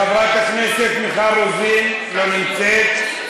חברת הכנסת מיכל רוזין, לא נמצאת.